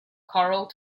coral